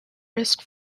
risk